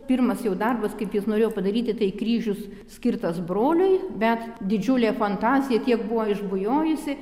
pirmas jau darbas kaip jis norėjo padaryti tai kryžius skirtas broliui bet didžiulė fantazija tiek buvo išbujojusi